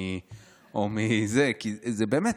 באמת,